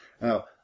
Now